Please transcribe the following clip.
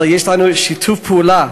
אלא יש לנו שיתוף פעולה,